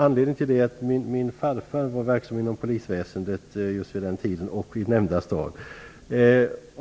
Anledningen till detta är att min farfar var verksam inom polisväsendet just vid den tiden och i nämnda stad.